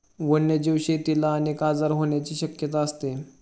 वन्यजीव शेतीला अनेक आजार होण्याची शक्यता असते